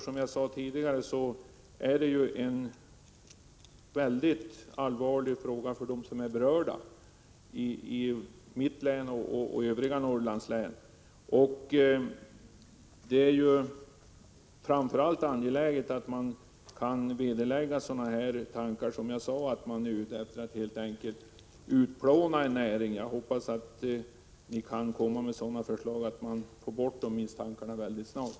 Som jag sade tidigare är det en mycket allvarlig fråga för de berörda i mitt län och i övriga Norrlandslän. Framför allt är det angeläget att kunna vederlägga sådana tankar som att man är ute efter att helt enkelt utplåna en hel näring. Jag hoppas att regeringen kan komma med sådana förslag att dessa misstankar försvinner mycket snart.